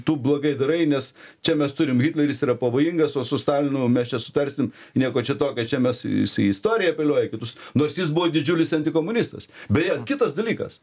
tu blogai darai nes čia mes turim hitleris yra pavojingas o su stalinu mes čia sutarsim nieko čia tokia čia mes į į istorija apeliuoja į kitus nors jis buvo didžiulis antikomunistas beje kitas dalykas